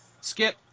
Skip